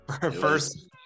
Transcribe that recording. first